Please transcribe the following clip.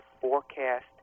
forecast